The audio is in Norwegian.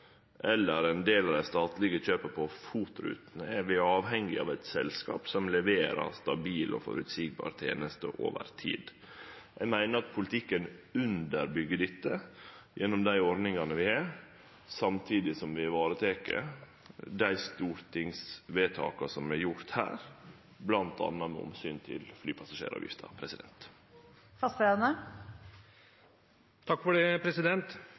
eller er ein del av dei statlege kjøpa av FOT-rutene, er vi avhengige av eit selskap som leverer stabile og føreseielege tenester over tid. Eg meiner at politikken underbyggjer dette gjennom dei ordningane vi har, samtidig som vi varetek dei stortingsvedtaka som er gjorde, bl.a. med omsyn til flypassasjeravgifta. Statsråden har nå redegjort for